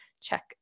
check